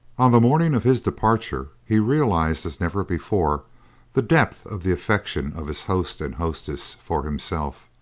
on the morning of his departure he realized as never before the depth of the affection of his host and hostess for himself,